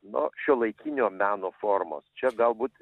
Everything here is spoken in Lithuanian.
nu šiuolaikinio meno formos čia galbūt